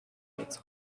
its